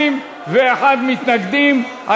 61 מתנגדים.